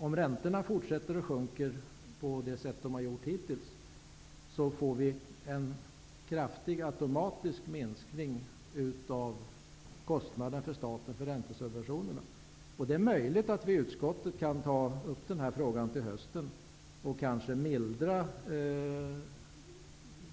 Om räntorna fortsätter att sjunka såsom de har gjort hittills, får vi nämligen en kraftig automatisk minskning av statens kostnader för räntesubventionerna. Det är möjligt att vi i utskottet kan ta upp den här frågan till hösten, och kanske mildras